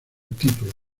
título